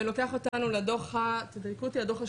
ולוקח אותנו לדו"ח השנתי,